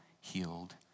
healed